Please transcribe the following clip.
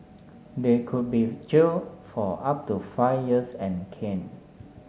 they could be jailed for up to five years and caned